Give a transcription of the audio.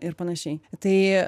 ir panašiai tai